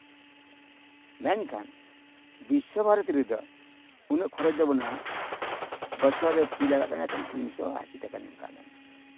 ᱢᱮᱱᱠᱷᱟᱱ ᱵᱤᱥᱥᱚ ᱵᱷᱟᱨᱚᱛᱤ ᱨᱮᱫᱚ ᱩᱱᱟᱹᱜ ᱠᱷᱚᱨᱚᱪ ᱫᱚ ᱵᱟᱹᱱᱩᱜᱼᱟ ᱵᱚᱯᱪᱷᱚᱨ ᱨᱮ ᱯᱷᱤ ᱞᱟᱜᱟᱜ ᱠᱟᱱᱟ ᱮᱠᱷᱮᱱ ᱛᱤᱱᱥᱳ ᱟᱥᱤ ᱴᱟᱠᱟ ᱱᱚᱝᱠᱟ ᱜᱟᱱ